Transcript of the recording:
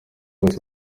bose